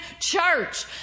church